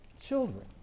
children